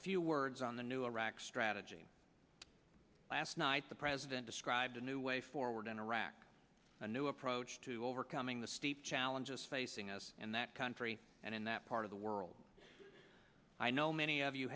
a few words on the new iraq strategy last night the president described a new way forward in iraq a new approach to overcome the steep challenges facing us in that country and in that part of the world i know many of you